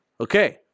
Okay